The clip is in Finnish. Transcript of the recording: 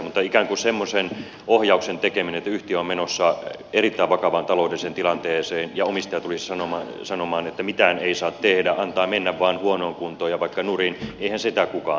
mutta ikään kuin semmoisen ohjauksen tekeminen kun yhtiö on menossa erittäin vakavaan taloudelliseen tilanteeseen ja omistaja tulisi sanomaan että mitään ei saa tehdä antaa mennä vain huonoon kuntoon ja vaikka nurin eihän sitä kukaan halua